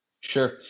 Sure